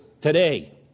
today